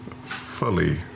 fully